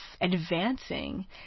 advancing